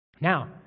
Now